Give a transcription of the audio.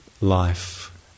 life